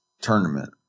tournament